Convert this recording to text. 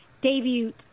debut